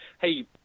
Hey